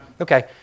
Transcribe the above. Okay